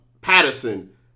Patterson